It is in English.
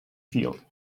field